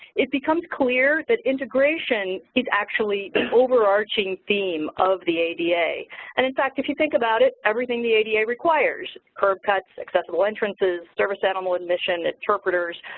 it becomes clear that integration is actually the overarching theme of the ada. and in fact, if you think about it, everything the ada requires, curb cuts, accessible entrances, service animal admission, interpreters,